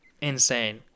insane